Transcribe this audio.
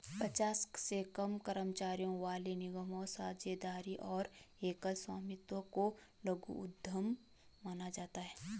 पचास से कम कर्मचारियों वाले निगमों, साझेदारी और एकल स्वामित्व को लघु उद्यम माना जाता है